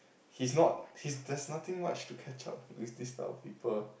he's not he's there's nothing much to catch up with this type of people